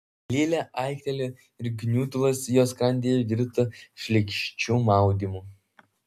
lilė aiktelėjo ir gniutulas jos skrandyje virto šleikščiu maudimu